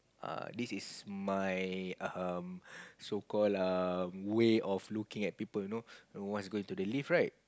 err this is my um so call err way of looking at people you know no once going to the lift right